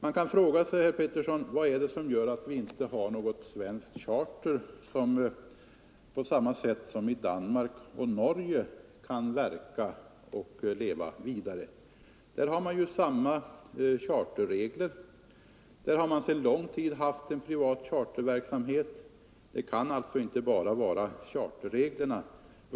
Man kan fråga sig, herr Petersson, vad det är som gör att vi inte har något svenskt charterflyg som på samma sätt som Danmarks och Norges kan verka och leva vidare. Där har man ju samma charterregler som vi, men man har sedan lång tid haft en privat charterverksamhet. Det kan alltså inte bara bero på charterreglerna.